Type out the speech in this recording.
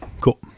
Cool